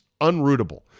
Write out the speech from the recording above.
Unrootable